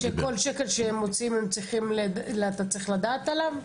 שכל שקל שהם מוציאים אתה צריך לדעת עליו?